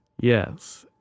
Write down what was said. Yes